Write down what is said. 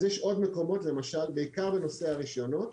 אז יש עוד מקומות, למשל, בעיקר בנושא הרישיונות.